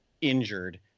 injured